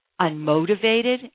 unmotivated